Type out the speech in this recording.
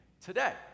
today